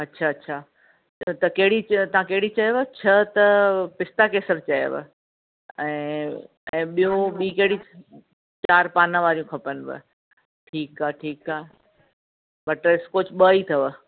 अच्छा अच्छा त त कहिड़ी तव्हां कहिड़ी चयव छह त पिस्ता केसर चयव ऐं ऐं ॿियो ॿी कहिड़ी चारि पान वारियूं खपनव ठीकु आहे ठीकु आहे बटर स्कॉच ॿ ई अथव